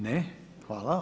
Ne, hvala.